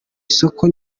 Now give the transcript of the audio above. isoko